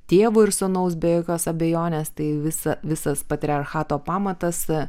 tėvo ir sūnaus be jokios abejonės tai visa visas patriarchato pamatas